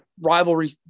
rivalry